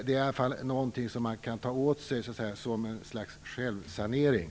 Det är någonting som man kan ta åt sig, som ett slags självsanering.